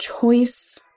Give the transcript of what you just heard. choice